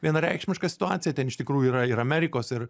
vienareikšmiška situacija ten iš tikrųjų yra ir amerikos ir